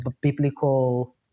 biblical